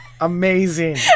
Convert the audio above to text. amazing